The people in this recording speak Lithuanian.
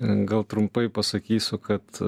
gal trumpai pasakysiu kad